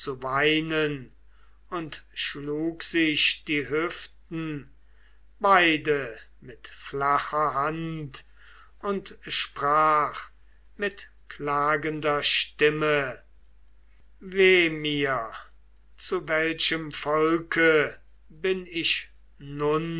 weinen und schlug sich die hüften beide mit flacher hand und sprach mit klagender stimme weh mir zu welchem volke bin ich